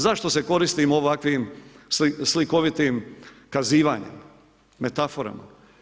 Zašto se koristim ovakvim slikovitim kazivanjem, metaforama?